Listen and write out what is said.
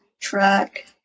track